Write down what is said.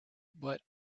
but